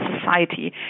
society